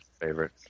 favorite